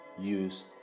use